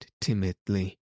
timidly